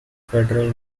federal